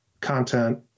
content